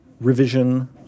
revision